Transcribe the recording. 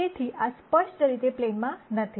તેથી આ સ્પષ્ટ રીતે પ્લેનમાં નથી